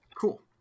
cool